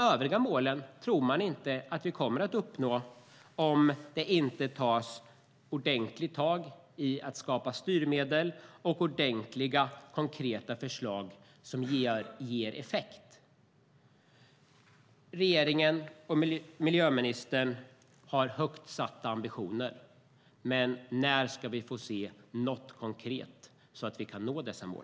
Övriga mål tror man inte att vi kommer att uppnå om det inte tas ordentligt tag i att skapa styrmedel och ordentliga konkreta förslag som ger effekt. Regeringen och miljöministern har högt satta ambitioner, men när ska vi få se något konkret så att vi kan nå dessa mål?